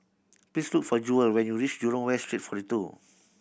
please look for Jewel when you reach Jurong West Street Forty Two